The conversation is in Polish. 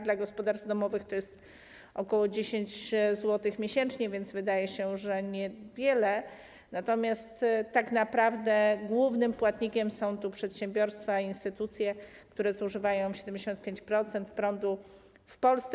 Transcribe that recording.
Dla gospodarstw domowych to jest ok. 10 zł miesięcznie, więc wydaje się, że niewiele, natomiast tak naprawdę głównym płatnikiem są tu przedsiębiorstwa i instytucje, które zużywają 75% prądu w Polsce.